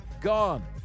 gone